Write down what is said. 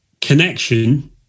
connection